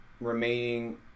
remaining